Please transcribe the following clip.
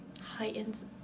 heightens